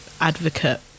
advocate